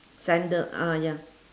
sanda~ ah ya